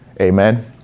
amen